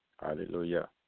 Hallelujah